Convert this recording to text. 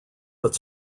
but